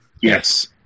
Yes